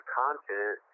content